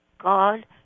God